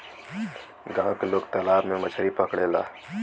गांव के लोग तालाब से मछरी पकड़ेला